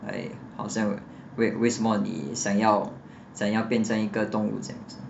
like 好像为为什么你想要想要变成一个动物这样子